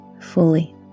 fully